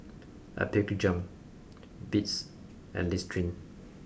Apgujeong Beats and Listerine